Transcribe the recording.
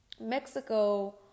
Mexico